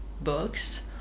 books